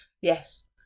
Yes